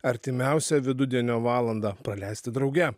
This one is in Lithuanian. artimiausią vidudienio valandą praleisti drauge